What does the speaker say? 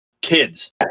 kids